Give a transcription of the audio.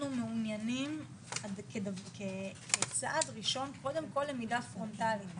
מעוניינים כצעד ראשון קודם כל למידה פרונטלית.